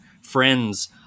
friends